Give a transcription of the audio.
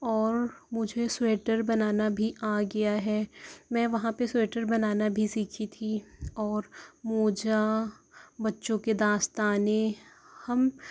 اور مجھے سویٹر بنانا بھی آ گیا ہے میں وہاں پہ سویٹر بنانا بھی سیکھی تھی اور موزہ بچوں کے دستانے ہم